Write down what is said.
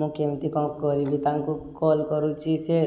ମୁଁ କେମିତି କ'ଣ କରିବି ତାଙ୍କୁ କଲ୍ କରୁଛି ସେ